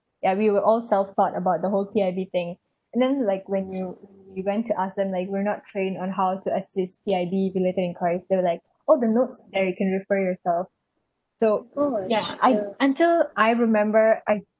ya we were all self taught about the whole P_I_B thing and then like when you you went to ask them like we're not trained on how to assist P_I_B related enquiries they were like oh the notes and you can refer yourself so ya I until I remember I